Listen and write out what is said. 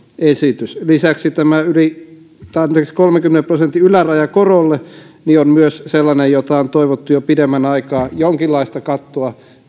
esitys lisäksi myös tämä kolmenkymmenen prosentin yläraja korolle on sellainen jota on toivottu jo pidemmän aikaa jonkinlainen katto